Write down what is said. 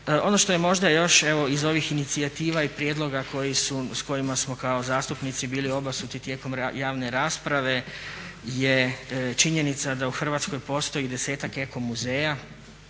Ono što je možda još evo iz ovih inicijativa i prijedloga s kojima smo kao zastupnici bili obasuti tijekom javne rasprave je činjenica da u Hrvatskoj postoji 10-ak eko muzeja,